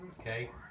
Okay